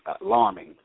alarming